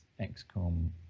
XCOM